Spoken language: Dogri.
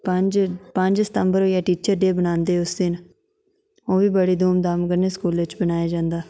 पंज सितम्बर होई गेआ टीचर डे मनांदे उस दिन ओह् बी बड़ी धूम धाम कन्नै स्कूले च मनाया जंदा